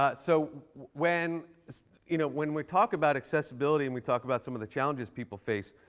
but so when you know when we talk about accessibility, and we talk about some of the challenges people face,